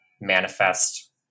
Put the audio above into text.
manifest